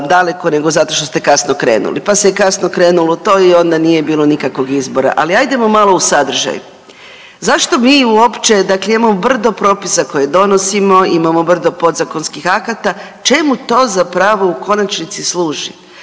daleko, nego zato što ste kasno krenuli, pa se i kasno krenulo u to i onda nije bilo nikakvog izbora. Ali hajdemo malo u sadržaj. Zašto mi uopće dakle imamo brdo propisa koje donosimo, imamo brdo podzakonskih akata. Čemu to zapravo u konačnici služi?